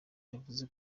yavuze